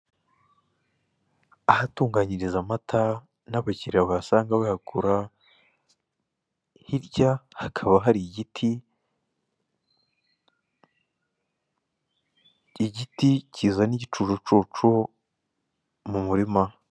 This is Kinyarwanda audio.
Ahatunganyiriza amata n'abakiliya bahasanga bahagura, hirya hakaba hari igiti, igiti kizana igicucucucu mu murima.